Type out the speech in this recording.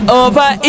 over